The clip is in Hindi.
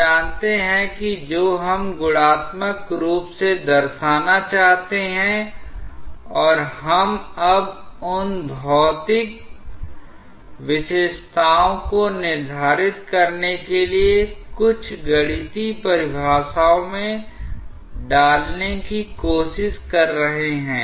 हम जानते हैं कि जो हम गुणात्मक रूप से दर्शना चाहते हैं और हम अब उन भौतिक विशेषताओं को निर्धारित करने के लिए कुछ गणितीय परिभाषाओं में डालने की कोशिश कर रहे हैं